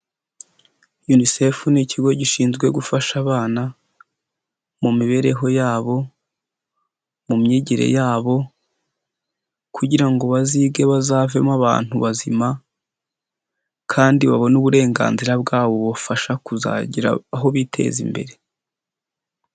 Unicef ni ikigo gishinzwe gufasha abana, mu mibereho yabo, mu myigire yabo, kugira ngo bazige bazavemo abantu bazima kandi babone uburenganzira bwabo bubafasha kuzagera aho biteza imbere.